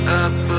up